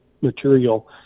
material